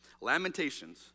lamentations